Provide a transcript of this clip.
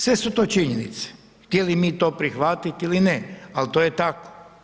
Sve su to činjenice htjeli mi to prihvatiti ili ne, ali to je tako.